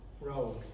road